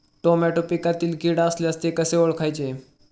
Tomato पिकातील कीड असल्यास ते कसे ओळखायचे?